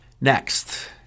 Next